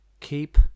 keep